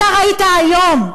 אתה ראית היום,